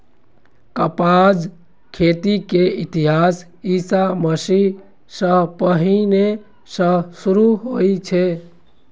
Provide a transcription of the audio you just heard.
कपासक खेती के इतिहास ईशा मसीह सं पहिने सं शुरू होइ छै